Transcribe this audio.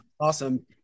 Awesome